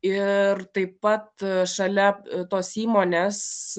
ir taip pat šalia tos įmonės